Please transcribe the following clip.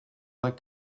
pas